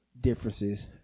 differences